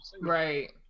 right